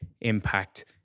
impact